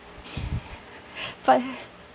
but